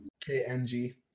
KNG